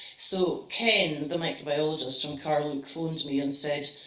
so ken, the microbiologist from carluke, phoned me and said,